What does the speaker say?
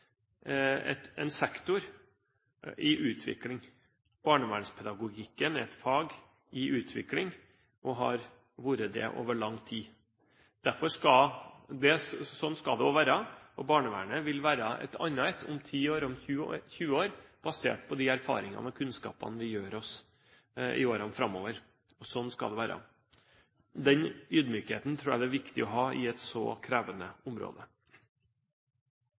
et fag i utvikling og har vært det over lang tid. Sånn skal det også være. Barnevernet vil være et annet om ti år, om 20 år, basert på de erfaringene og de kunnskapene vi gjør oss i årene framover – og sånn skal det være. Den ydmykheten tror jeg det er viktig å ha i et så krevende område.